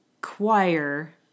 choir